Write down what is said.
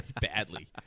badly